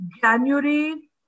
January